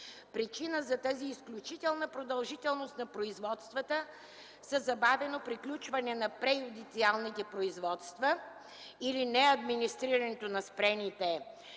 Причини за тази изключителна продължителност на производствата са: - забавено приключване на преюдициалните производства или неадминистрирането на спрените